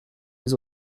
les